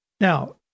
Now